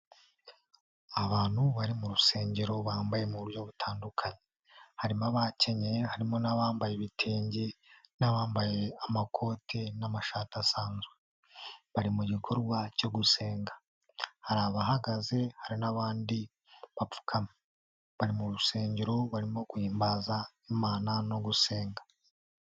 Abantu bari mu rusengero bambaye mu buryo butandukanye. Harimo abakenye harimo n'abambaye ibitenge n'abambaye amakote n'amashati asanzwe. Bari mu gikorwa cyo gusenga. Hari abahagaze hari n'abandi bapfukamye. Bari mu rusengero barimo guhimbaza Imana no gusenga.